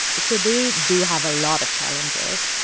so they do have a lot of challenges.